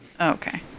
Okay